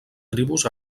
tribus